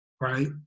right